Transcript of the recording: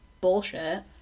bullshit